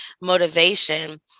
motivation